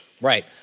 Right